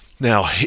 now